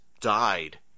died